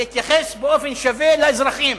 להתייחס באופן שווה לאזרחים.